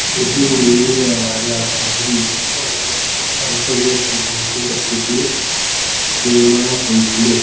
ଏହି ମନ୍ଦିର ରାଜା ସାହିଲ ବର୍ମନ ତାଙ୍କ ଝିଅ ଚନ୍ଦ୍ରବତୀଙ୍କ ସ୍ମୃତିରେ ନିର୍ମାଣ କରିଥିଲେ